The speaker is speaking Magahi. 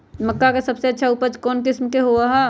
मक्का के सबसे अच्छा उपज कौन किस्म के होअ ह?